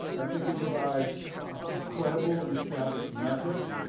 i think it provides a credible and established metric,